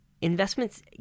investments